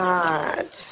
God